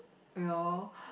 you know